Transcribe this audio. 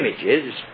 images